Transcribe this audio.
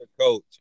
coach